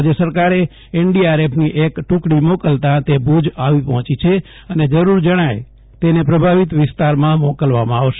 રાજ્ય સરકારે એનડીઆરએફની એક ટુકડી મોકલતાં તે ભુજ આવી પહોંચી છે અને જરૂર જણાયે તેને પ્રભાવીત વિસ્તારમાં મોકલવામાં આવશે